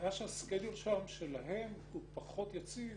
הבעיה שה-schedule שלהן הוא פחות יציב,